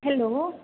hello